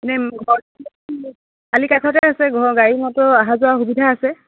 এনেই ঘৰটো আলিৰ কাষতে আছে ঘৰ গাড়ী মটৰো অহা যোৱাৰ সুবিধা আছে